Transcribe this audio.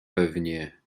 pewnie